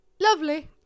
Lovely